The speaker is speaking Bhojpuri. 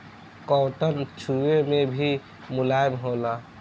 कॉटन छुवे मे भी मुलायम होला